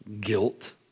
guilt